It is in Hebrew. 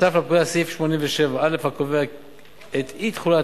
הוסף לפקודה סעיף 87א הקובע את אי-תחולת